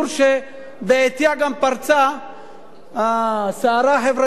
שבעטיה גם פרצה הסערה החברתית,